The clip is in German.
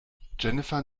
jennifer